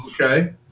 Okay